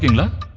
let